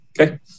Okay